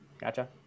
Gotcha